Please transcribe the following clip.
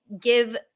give